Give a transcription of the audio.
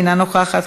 אינה נוכחת,